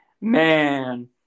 Man